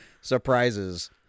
Surprises